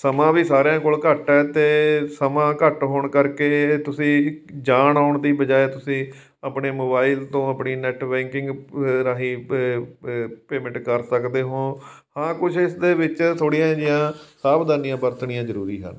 ਸਮਾਂ ਵੀ ਸਾਰਿਆਂ ਕੋਲ ਘੱਟ ਹੈ ਅਤੇ ਸਮਾਂ ਘੱਟ ਹੋਣ ਕਰਕੇ ਤੁਸੀਂ ਜਾਣ ਆਉਣ ਦੀ ਬਜਾਏ ਤੁਸੀਂ ਆਪਣੇ ਮੋਬਾਇਲ ਤੋਂ ਆਪਣੀ ਨੈੱਟ ਬੈਂਕਿੰਗ ਰਾਹੀਂ ਪੇਮੈਂਟ ਕਰ ਸਕਦੇ ਹੋ ਹਾਂ ਕੁਝ ਇਸ ਦੇ ਵਿੱਚ ਥੋੜ੍ਹੀਆਂ ਜਿਹੀਆਂ ਸਾਵਧਾਨੀਆਂ ਵਰਤਣੀਆਂ ਜ਼ਰੂਰੀ ਹਨ